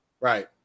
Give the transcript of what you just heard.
Right